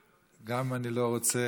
גם אם הם לא מדברים.